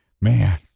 man